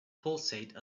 pulsate